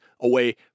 away